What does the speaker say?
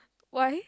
why